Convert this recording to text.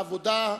העבודה,